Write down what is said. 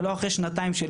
ולא אחרי שנתיים של